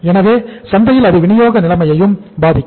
எனவே சந்தையில் அது வினியோக நிலைமையையும் பாதிக்கும்